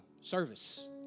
service